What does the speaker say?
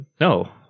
No